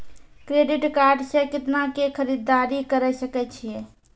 Credit card से कितना के खरीददारी करे सकय छियै?